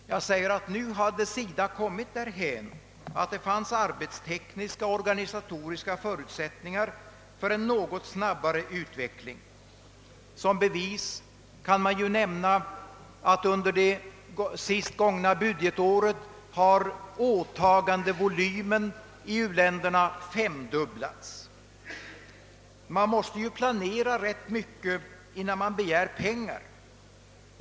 SIDA hade alltså äntligen kommit därhän att det fanns arbetstekniska och organisatoriska förutsättningar för en något snabbare utveckling. Som bevis härför kan jag nämna att SIDA under det senaste budgetåret femdubblat sin åtagandevolym i u-länderna. Man måste ju planera rätt mycket innan man begär pengar.